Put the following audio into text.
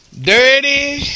Dirty